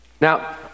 Now